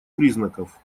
признаков